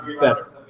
better